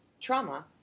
trauma